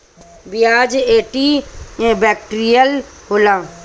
पियाज anti bacterial होला